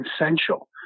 essential